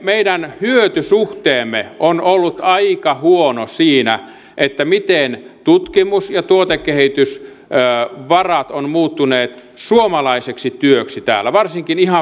meidän hyötysuhteemme on ollut aika huono siinä miten tutkimus ja tuotekehitysvarat ovat muuttuneet suomalaiseksi työksi täällä varsinkin ihan viime vuosina